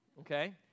okay